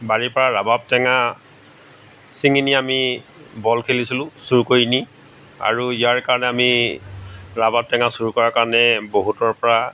বাৰীৰ পা ৰবাব টেঙা চিঙি নি আমি বল খেলিছিলো চুৰ কৰি নি আৰু ইয়াৰ কাৰণে আমি ৰবাব টেঙা চুৰ কৰাৰ কাৰণে বহুতৰ পা